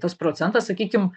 tas procentas sakykim